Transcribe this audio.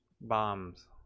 Bombs